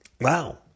Wow